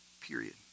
Period